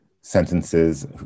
sentences